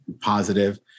positive